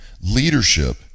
leadership